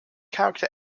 character